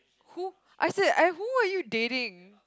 who I said I who are you dating